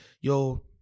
Yo